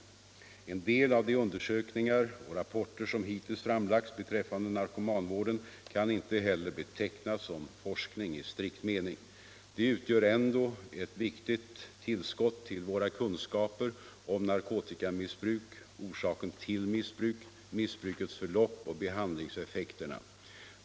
En del av de undersökningar och rapporter som hittills framlagts beträffande narkomanvården kan inte heller betecknas som forskning i strikt mening. De utgör ändå ett viktigt tillskott till våra kunskaper om narkotikamissbruk, orsaker till missbruk, missbrukets förlopp och behandlingseffekterna.